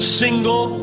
single